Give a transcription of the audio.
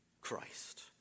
Christ